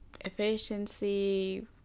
efficiency